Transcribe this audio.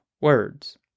words